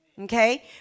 Okay